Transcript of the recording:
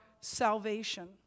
salvation